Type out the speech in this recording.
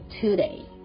today